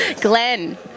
Glenn